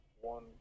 one